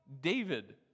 David